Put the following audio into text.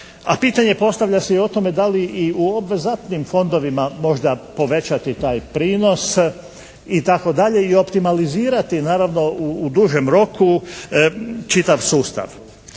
A pitanje postavlja se i o tome da li i u obvezatnim fondovima možda povećati taj prinos itd. i optimalizirati naravno u dužem roku čitav sustav.